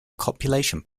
copulation